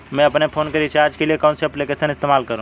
मैं अपने फोन के रिचार्ज के लिए कौन सी एप्लिकेशन इस्तेमाल करूँ?